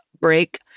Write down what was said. break